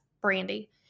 Brandy